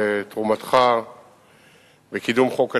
על תרומתך לקידום חוק הטיס,